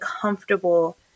comfortable